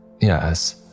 Yes